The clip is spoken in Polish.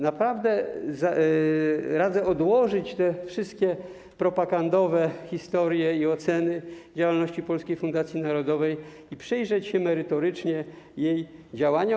Naprawdę radzę odłożyć na bok wszystkie propagandowe historie i oceny działalności Polskiej Fundacji Narodowej i przyjrzeć się merytorycznie jej działaniom.